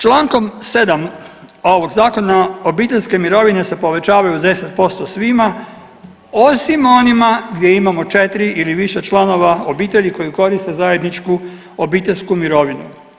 Čl. 7. ovog zakona obiteljske mirovine se povećavaju 10% svima osim onima gdje imamo 4 ili više članova obitelji koji koriste zajedničku obiteljsku mirovinu.